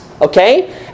okay